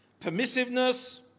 permissiveness